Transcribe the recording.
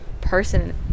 person